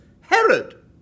herod